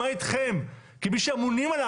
מה אתכם כמי שאמונים?